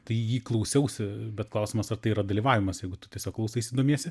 tai jį klausiausi bet klausimas ar tai yra dalyvavimas jeigu tu tiesiog klausaisi domiesi